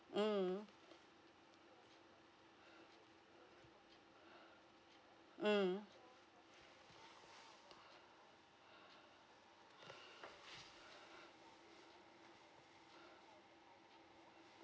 mm mm